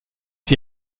die